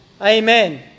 Amen